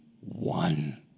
one